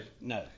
No